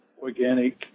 organic